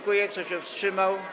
Kto się wstrzymał?